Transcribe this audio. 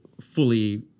fully